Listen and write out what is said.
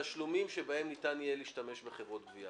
לתשלומים שבהם יהיה ניתן להשתמש בחברות גבייה.